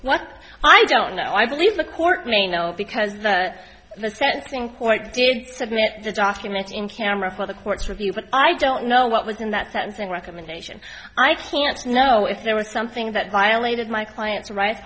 what i don't know i believe the court may know because that's the second thing quite did submit the documents in camera for the court's review but i don't know what was in that sense a recommendation i can't know if there was something that violated my client's right